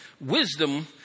Wisdom